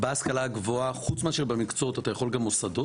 בהשכלה גבוהה חוץ מאשר במקצועות אתה יכול גם מוסדות?